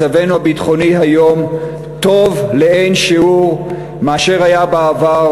מצבנו הביטחוני היום טוב לאין שיעור מאשר היה בעבר,